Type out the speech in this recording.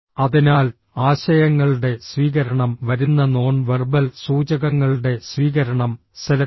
അതിനാൽ ആശയങ്ങളുടെ സ്വീകരണം വരുന്ന നോൺ വെർബൽ സൂചകങ്ങളുടെ സ്വീകരണം സെലക്ഷൻ